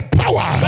power